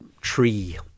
tree